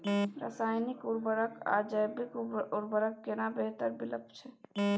रसायनिक उर्वरक आ जैविक उर्वरक केना बेहतर विकल्प छै?